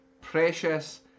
precious